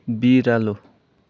बिरालो